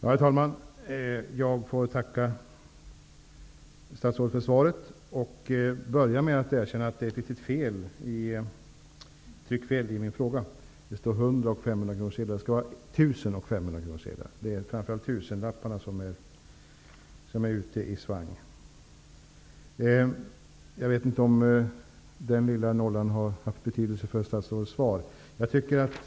Herr talman! Jag får tacka statsrådet för svaret och börja med att erkänna att det finns ett litet tryckfel i min fråga. Det står ''100 och 500-kronorssedlar''. Det skall vara ''1 000 och 500-kronorssedlar''. Det är framför allt tusenlappar som är ute i cirkulation. Jag vet inte om den uteblivna nollan har haft betydelse för statsrådets svar.